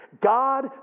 God